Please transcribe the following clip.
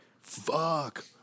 Fuck